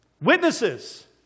Witnesses